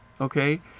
okay